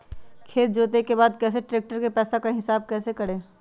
खेत जोते के बाद कैसे ट्रैक्टर के पैसा का हिसाब कैसे करें?